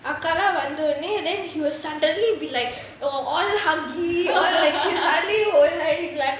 அக்கா தான் வந்த உடனே:akkathaan vantha udanae then he will suddenly be like all hugging all like